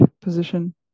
position